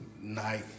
night